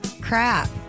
crap